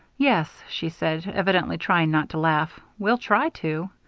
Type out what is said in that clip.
yes, she said, evidently trying not to laugh we'll try to.